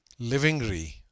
livingry